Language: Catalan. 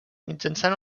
mitjançant